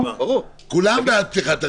כולם בעד פתיחת הרביזיה.